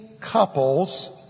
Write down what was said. couples